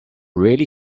really